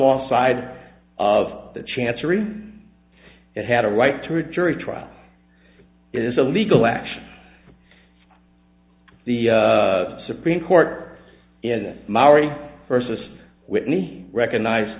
law side of the chancery it had a right to a jury trial is a legal action the supreme court in maori versus whitney recognize